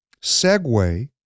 segue